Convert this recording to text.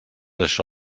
això